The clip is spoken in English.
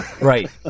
Right